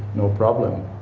no problem.